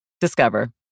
Discover